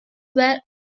were